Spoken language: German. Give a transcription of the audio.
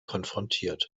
konfrontiert